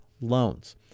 loans